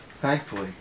thankfully